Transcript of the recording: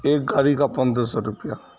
ایک گاڑی کا پندرہ سو روپیہ